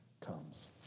comes